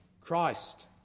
Christ